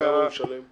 וכמה הוא משלם?